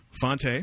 Fonte